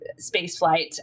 spaceflight